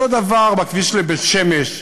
אותו דבר בכביש לבית-שמש.